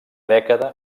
dècada